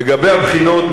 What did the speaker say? לגבי הבחינות,